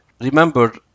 remember